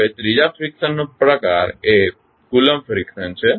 હવે ત્રીજા ફ્રીકશનનો પ્રકાર એ કુલંબ ફ્રીકશન છે